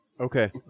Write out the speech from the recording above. Okay